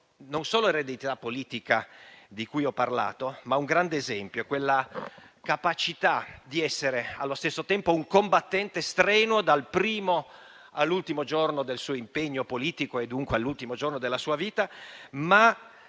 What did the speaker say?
non solo l'eredità politica di cui ho parlato, ma un grande esempio, quella capacità di essere allo stesso tempo un combattente strenuo dal primo all'ultimo giorno del suo impegno politico e, dunque, all'ultimo giorno della sua vita, senza